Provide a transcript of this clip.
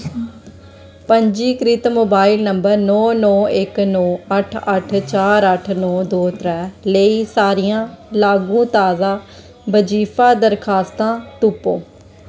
पंजीकृत mobile number नौ नौ इक नौ अट्ठ अट्ठ चार अट्ठ नौ दो त्रै लेई सारियां लागू ताजा बजीफा दरखास्तां तुप्पो